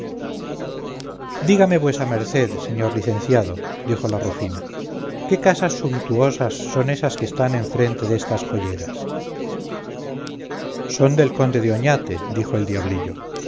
dígame vuesa merced señor licenciado dijo la rufina qué casas sumptuosas son estas que están enfrente destas joyeras son del conde de oñate dijo el diablillo